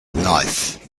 knife